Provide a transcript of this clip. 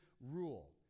rule